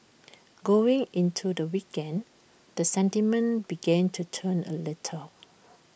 going into the weekend the sentiment began to turn A little